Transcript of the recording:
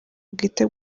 bwite